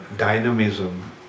dynamism